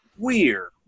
Weird